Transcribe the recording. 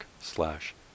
slash